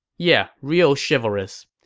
yeah, real chivalrous.